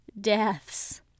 deaths